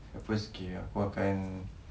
at first K aku akan